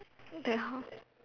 then how